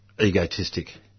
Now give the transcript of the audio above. egotistic